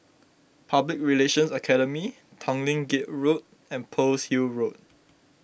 Public Relations Academy Tanglin Gate Road and Pearl's Hill Road